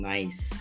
Nice